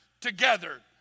together